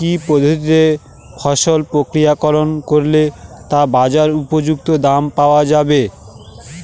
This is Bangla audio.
কি পদ্ধতিতে ফসল প্রক্রিয়াকরণ করলে তা বাজার উপযুক্ত দাম পাওয়া যাবে?